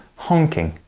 honking